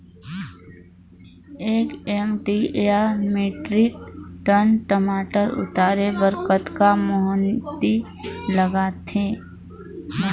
एक एम.टी या metric ton टमाटर उतारे बर कतका मेहनती लगथे ग?